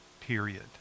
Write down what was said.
Period